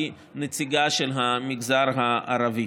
משפחות של חולי סרטן,